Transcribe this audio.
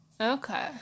Okay